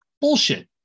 bullshit